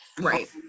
right